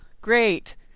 great